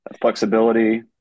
Flexibility